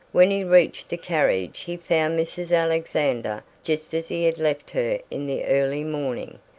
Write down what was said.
when he reached the carriage he found mrs. alexander just as he had left her in the early morning,